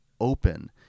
open